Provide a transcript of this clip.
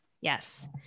Yes